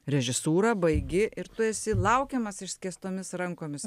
režisūrą baigi ir tu esi laukiamas išskėstomis rankomis